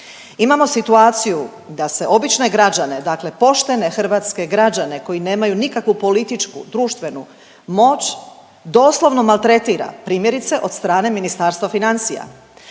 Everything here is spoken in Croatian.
Imamo situaciju da se obične građane, dakle poštene hrvatske građane koji nemaju nikakvu političku, društvenu moć, doslovno maltretira, primjerice od strane Ministarstva financija.